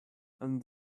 and